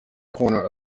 corner